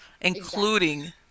including